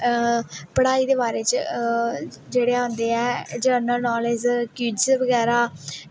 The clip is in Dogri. पढ़ाई दे बारे च जेह्ड़े आंदे ऐ जरनल नालेज क्यूज बगैरा